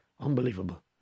Unbelievable